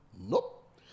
Nope